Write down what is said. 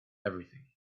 everything